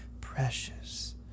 precious